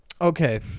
okay